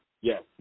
Yes